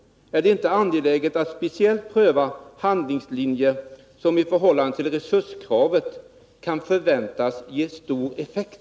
Är det inte angeläget att speciellt pröva handlingslinjer som i förhållande till resurskraven kan förväntas ge stor effekt?